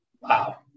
Wow